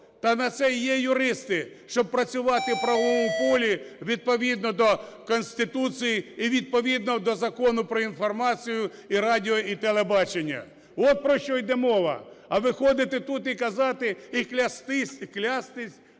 Та на це є юристи, щоб працювати у правовому полі відповідно до конституції і відповідно до Закону про інформацію і радіо і телебачення. От про що йде мова. А виходити тут і казати, і клястись, і клястись